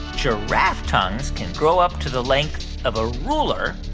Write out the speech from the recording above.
giraffe tongues can grow up to the length of a ruler?